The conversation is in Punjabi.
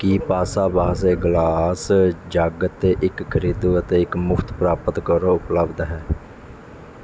ਕੀ ਪਾਸਾਬਾਹਸੇ ਗਲਾਸ ਜੱਗ 'ਤੇ ਇੱਕ ਖਰੀਦੋ ਅਤੇ ਇੱਕ ਮੁਫ਼ਤ ਪ੍ਰਾਪਤ ਕਰੋ ਉਪਲੱਬਧ ਹੈ